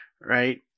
right